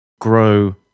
grow